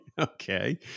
Okay